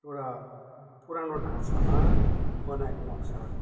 एउटा पुरानो ढाँचामा बनाएको नक्साहरू